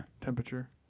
temperature